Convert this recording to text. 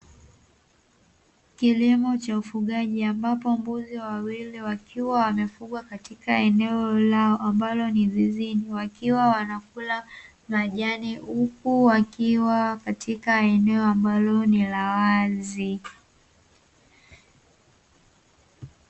Kilimo cha ufugaji, ambapo mbuzi wawili wakiwa wamefugwa katika eneo lao ambalo ni zizini, wakiwa wanakula majani, huku wakiwa katika eneo ambalo ni la wazi.